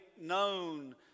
known